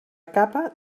capa